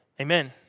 Amen